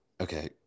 Okay